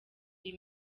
iyi